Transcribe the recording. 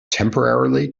temporarily